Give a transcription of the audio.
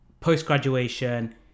post-graduation